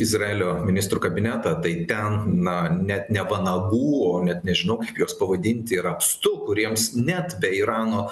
izraelio ministrų kabinetą tai ten na net ne vanagų o net nežinau juos pavadinti yra apstu kuriems net be irano